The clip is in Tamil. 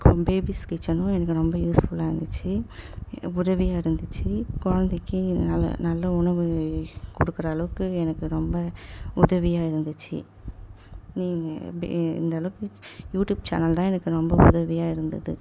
கொம் பேபீஸ் கிட்சனும் எனக்கு ரொம்ப யூஸ்ஃபுல்லாக இருந்துச்சு உதவியாக இருந்துச்சு குலந்தைக்கி நல்ல நல்ல உணவு கொடுக்கற அளவுக்கு எனக்கு ரொம்ப உதவியாக இருந்துச்சு நீங்கள் இப்படி இந்தளவுக்கு யூடியூப் சேனல் தான் எனக்கு ரொம்ப உதவியாக இருந்தது